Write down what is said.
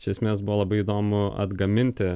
iš esmės buvo labai įdomu atgaminti